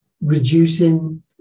reducing